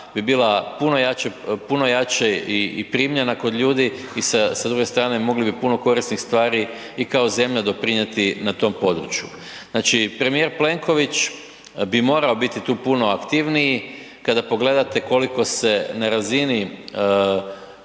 jača, puno jače i primljena kod ljudi i sa, sa druge strane mogli bi puno korisnih stvari i kao zemlja doprinjeti na tome području. Znači, premijer Plenković bi morao biti tu puno aktivniji. Kada pogledate koliko se na razini,